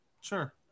Sure